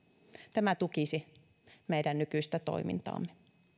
tämä tukisi meidän nykyistä toimintaamme